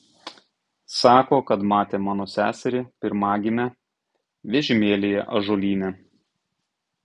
sako kad matė mano seserį pirmagimę vežimėlyje ąžuolyne